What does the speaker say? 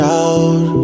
out